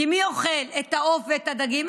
כי מי אוכל את העוף והדגים?